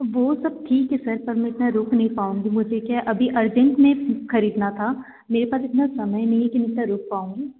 वो सब ठीक है सर पर मैं इतना रुक नहीं पाऊँगी मुझे क्या अभी अर्जेंट में खरीदना था मेरे पास इतना समय नहीं है कि मैं इतना रुक पाऊँ